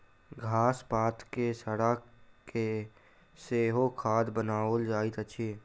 घास पात के सड़ा के सेहो खाद बनाओल जाइत अछि